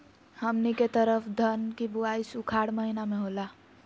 हमनी के तरफ धान के बुवाई उखाड़ महीना में होला